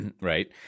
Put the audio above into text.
right